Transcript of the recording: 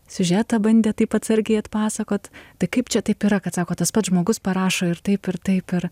siužetą bandė taip atsargiai atpasakot tai kaip čia taip yra kad sako tas pats žmogus parašo ir taip ir taip ir